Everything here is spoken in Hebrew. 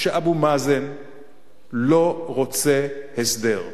שאבו מאזן לא רוצה הסדר.